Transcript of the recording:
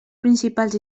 principals